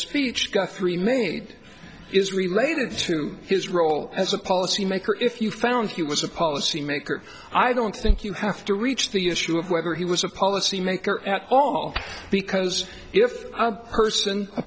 speech got three made is related to his role as a policymaker if you found he was a policymaker i don't think you have to reach the issue of whether he was a policymaker at all because if person